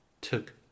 took